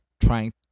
trying